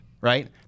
right